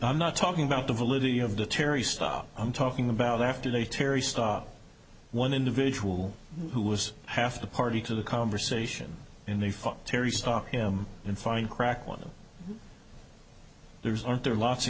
i'm not talking about the validity of the terry stop i'm talking about after the terry stop one individual who was half the party to the conversation in the form terry stalk him and find crack one there's aren't there lots of